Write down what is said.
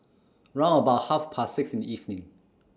round about Half Past six in The evening